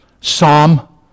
psalm